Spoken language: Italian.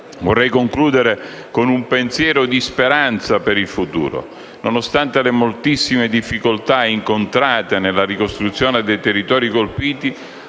Vorrei concludere con un pensiero di speranza per il futuro. Nonostante le moltissime difficoltà incontrate nella ricostruzione dei territori colpiti,